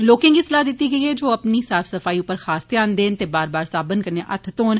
लोकें गी सलाह दित्ती गेई ऐ जे ओ अपनी साफ सफाई उप्पर खास ध्यान देन ते बार बार साबन कन्नै हत्थ धौन